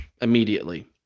immediately